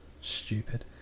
stupid